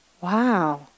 wow